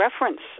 reference